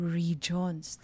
regions